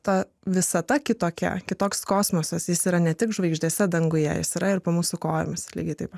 ta visata kitokia kitoks kosmosas jis yra ne tik žvaigždėse danguje jos yra ir po mūsų kojomis lygiai taip